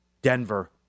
Denver